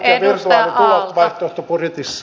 arvoisa rouva puhemies